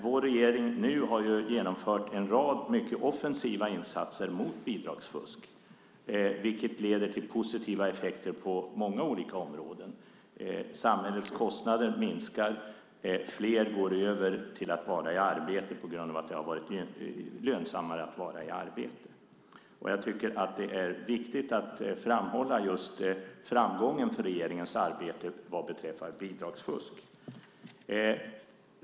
Vår nuvarande regering har genomfört en rad mycket offensiva insatser mot bidragsfusk, vilket leder till positiva effekter på många olika områden. Samhällets kostnader minskar och fler går över till att vara i arbete på grund av att det har blivit lönsammare att vara i arbete. Det är viktigt att framhålla framgången för regeringens arbete vad beträffar bidragsfusk.